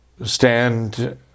Stand